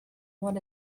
what